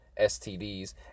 STDs